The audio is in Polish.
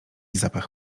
zapach